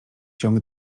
ciąg